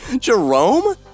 Jerome